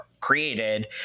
created